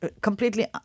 completely